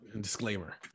disclaimer